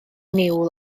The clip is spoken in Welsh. niwl